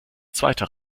zweiter